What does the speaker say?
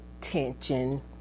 tension